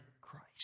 Christ